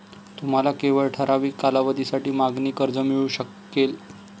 तुम्हाला केवळ ठराविक कालावधीसाठी मागणी कर्ज मिळू शकेल